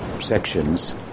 sections